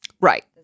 Right